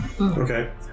Okay